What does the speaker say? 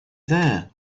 there